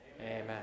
Amen